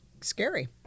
scary